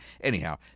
Anyhow